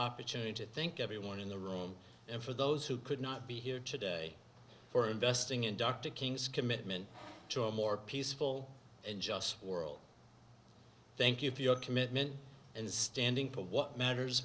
opportunity to thank everyone in the room and for those who could not be here today for investing in dr king's commitment to a more peaceful and just world thank you for your commitment and standing for what matters